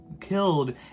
killed